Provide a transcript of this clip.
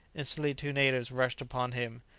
instantly two natives rushed upon him.